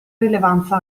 rilevanza